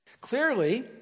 Clearly